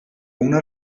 una